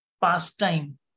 pastime